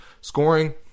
Scoring